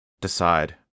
Decide